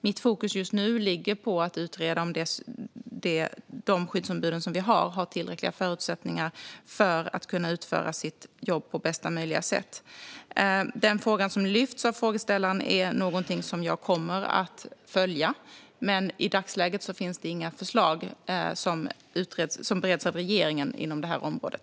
Mitt fokus just nu ligger på att utreda om skyddsombuden har tillräckliga förutsättningar för att kunna utföra sitt jobb på bästa möjliga sätt. Den fråga som lyfts fram av frågeställaren är någonting som jag kommer att följa. Men i dagsläget finns det inga förslag som bereds av regeringen inom det området.